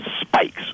spikes